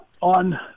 on